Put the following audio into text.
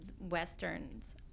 westerns